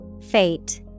Fate